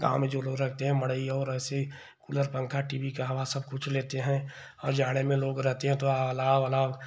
गाँव में जो लोग रखते हैं और ऐसे ही कूलर पंखा टी वी का हवा सब कुछ लेते हैं और जाड़े में लोग रहते हैं तो